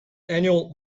annual